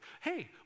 Hey